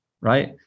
Right